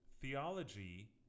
theology